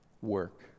work